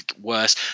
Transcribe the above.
worse